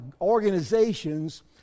organizations